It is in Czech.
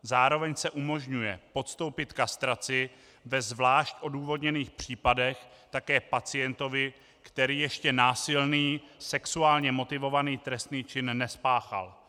Zároveň se umožňuje podstoupit kastraci ve zvlášť odůvodněných případech také pacientovi, který ještě násilný sexuálně motivovaný trestný čin nespáchal.